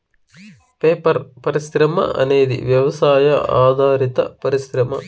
paper పరిశ్రమ అనేది వ్యవసాయ ఆధారిత పరిశ్రమ